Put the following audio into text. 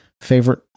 favorite